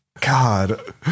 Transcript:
God